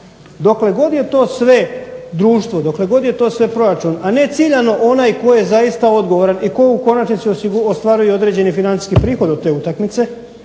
Dokle god je to sve društvo, dokle god je to sve proračun, a ne ciljano onaj tko je zaista odgovoran i tko u konačnici ostvaruje i određeni financijski prihod od te utakmice